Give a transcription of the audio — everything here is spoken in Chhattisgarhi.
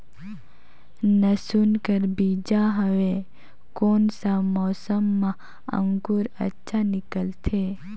लसुन कर बीजा हवे कोन सा मौसम मां अंकुर अच्छा निकलथे?